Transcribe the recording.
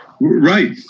right